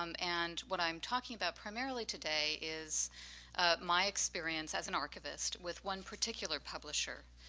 um and what i'm talking about primarily today is my experience as an archivist with one particular publisher,